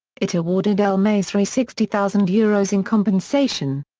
it awarded el-masri sixty thousand euros in compensation.